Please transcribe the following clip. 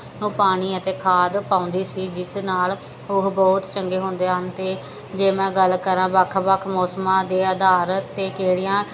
ਨੂੰ ਪਾਣੀ ਅਤੇ ਖਾਦ ਪਾਉਂਦੀ ਸੀ ਜਿਸ ਨਾਲ ਉਹ ਬਹੁਤ ਚੰਗੇ ਹੁੰਦੇ ਹਨ ਅਤੇ ਜੇ ਮੈਂ ਗੱਲ ਕਰਾਂ ਵੱਖ ਵੱਖ ਮੌਸਮਾਂ ਦੇ ਅਧਾਰ 'ਤੇ ਕਿਹੜੀਆਂ